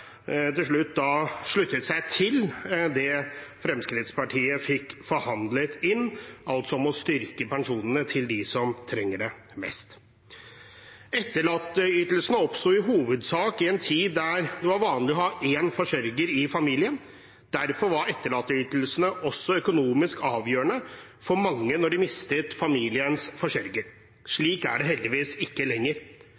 til slutt sluttet seg til det Fremskrittspartiet fikk forhandlet inn, altså om å styrke pensjonene til dem som trenger det mest. Etterlatteytelsene oppsto i hovedsak i en tid da det var vanlig å ha én forsørger i familien. Derfor var etterlatteytelsene også økonomisk avgjørende for mange når de mistet familiens forsørger.